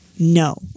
No